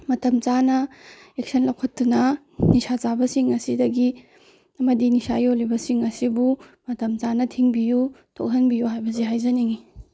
ꯃꯇꯝ ꯆꯥꯅ ꯑꯦꯛꯁꯟ ꯂꯧꯈꯠꯇꯨꯅ ꯅꯤꯁꯥ ꯆꯥꯕꯁꯤꯡ ꯑꯁꯤꯗꯒꯤ ꯑꯃꯗꯤ ꯅꯤꯁꯥ ꯌꯣꯜꯂꯤꯕꯁꯤꯡ ꯑꯁꯤꯕꯨ ꯃꯇꯝ ꯆꯥꯅ ꯊꯤꯡꯕꯤꯌꯨ ꯇꯣꯛꯍꯟꯕꯤꯌꯨ ꯍꯥꯏꯕꯁꯤ ꯍꯏꯖꯅꯤꯡꯏ